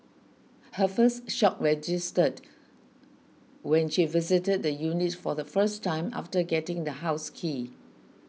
her first shock registered when she visited the unit for the first time after getting the house key